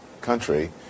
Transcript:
country